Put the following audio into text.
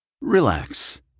Relax